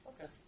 Okay